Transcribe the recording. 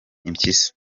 impyisi